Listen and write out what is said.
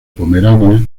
pomerania